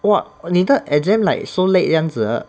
!wah! 你的 exam like so late 样子的